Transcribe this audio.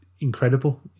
incredible